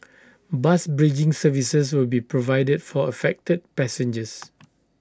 bus bridging services will be provided for affected passengers